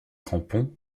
crampons